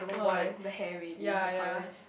oh really the hair maybe the colours